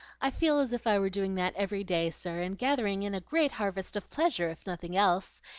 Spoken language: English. i feel as if i were doing that every day, sir, and gathering in a great harvest of pleasure, if nothing else,